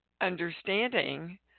understanding